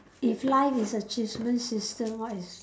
if life is achievement system what is